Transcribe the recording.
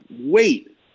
wait